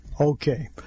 Okay